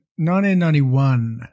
1991